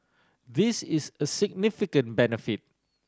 this is a significant benefit